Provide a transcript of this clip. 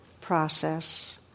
process